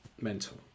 mental